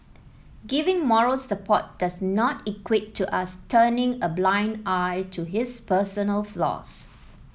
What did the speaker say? giving moral support does not equate to us turning a blind eye to his personal flaws